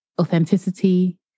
authenticity